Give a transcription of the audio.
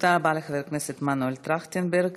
תודה רבה לחבר הכנסת מנואל טרכטנברג.